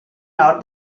nord